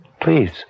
Please